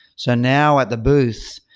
so now at the booth,